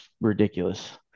ridiculous